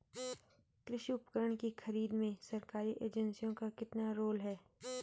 कृषि उपकरण की खरीद में सरकारी एजेंसियों का कितना रोल है?